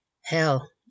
Hell